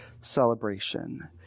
celebration